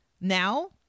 Now